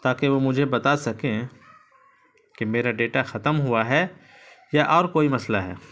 تاکہ وہ مجھے بتا سکیں کہ میرا ڈیٹا ختم ہوا ہے یا اور کوئی مسئلہ ہے